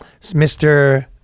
Mr